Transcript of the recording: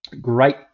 great